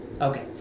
Okay